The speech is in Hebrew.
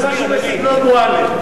זה משהו בסגנון מועלם.